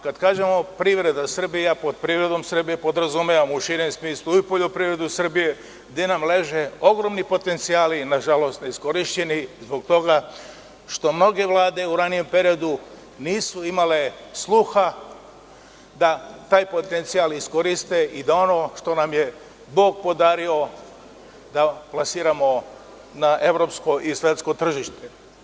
Kada kažemo privreda Srbije, ja pod privredom podrazumevam u širem smislu i poljoprivredu Srbije, gde nam leže ogromni potencijali nažalost neiskorišćeni zbog toga što mnoge Vlade u ranijem periodu nisu imale sluha da taj potencijal iskoriste i da ono što nam je bog podario da plasiramo na evropsko i svetsko tržište.